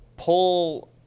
pull